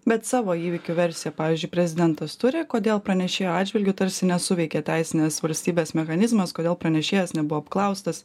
bet savo įvykių versiją pavyzdžiui prezidentas turi kodėl pranešėjo atžvilgiu tarsi nesuveikė teisinės valstybės mechanizmas kodėl pranešėjas nebuvo apklaustas